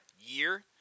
year